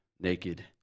naked